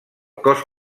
cos